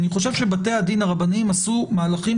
אני חושב שבתי הדין הרבניים עשו מהלכים